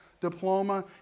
diploma